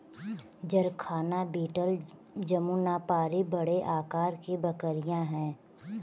जरखाना बीटल जमुनापारी बड़े आकार की बकरियाँ हैं